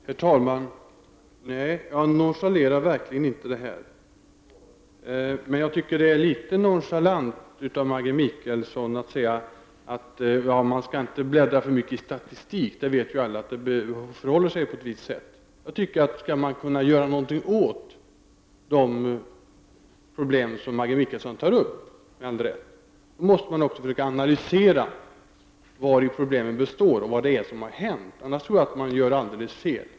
Herr talman! Nej, jag nonchalerar verkligen inte denna fråga. Det är däremot litet nonchalant av Maggi Mikaelsson att säga att man inte skall bläddra för mycket i statistik, därför att alla vet att det förhåller sig på ett visst sätt. Om man skall kunna göra någonting åt de problem som Maggi Mikaelsson tar upp — med all rätt — måste man också försöka analysera vari problemen består och vad det är som har hänt, annars gör man helt fel.